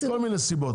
מכל מיני סיבות.